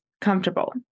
comfortable